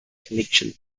collection